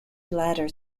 bladder